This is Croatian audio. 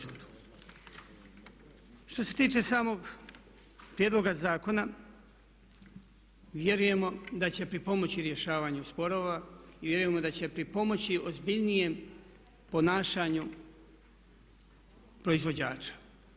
Što se tiče samog prijedloga zakona vjerujemo da će pripomoći rješavanju sporova i vjerujemo da će pripomoći ozbiljnijem ponašanju proizvođača.